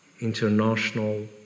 international